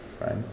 right